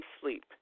sleep